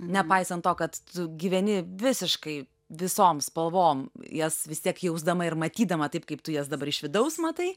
nepaisant to kad tu gyveni visiškai visom spalvom jas vis tiek jausdama ir matydama taip kaip tu jas dabar iš vidaus matai